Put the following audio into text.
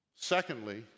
Secondly